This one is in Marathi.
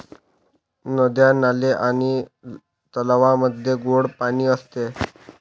नद्या, नाले आणि तलावांमध्ये गोड पाणी असते